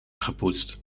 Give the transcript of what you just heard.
gepoetst